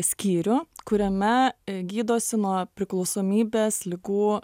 skyrių kuriame gydosi nuo priklausomybės ligų